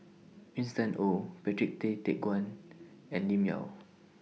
Winston Oh Patrick Tay Teck Guan and Lim Yau